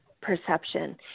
perception